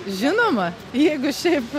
žinoma jeigu šiaip